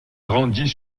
grandit